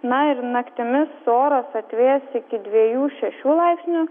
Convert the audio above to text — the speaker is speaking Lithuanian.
na ir naktimis oras atvės iki dviejų šešių laipsnių